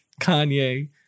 Kanye